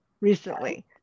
recently